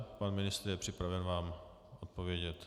Pan ministr je připraven vám odpovědět.